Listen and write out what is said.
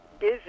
busy